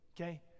okay